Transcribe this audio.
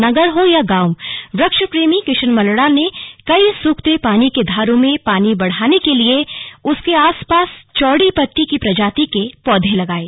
नगर हो या गांव वुक्षप्रेमी किशन मलड़ा ने कई सुखते पानी के धारों में पानी बढ़ाने के लिए उसके आसपास चौड़ी पत्ती की प्रजाति के पौधे लगाये